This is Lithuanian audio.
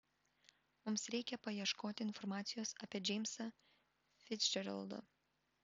mums reikia paieškoti informacijos apie džeimsą ficdžeraldą